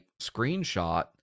screenshot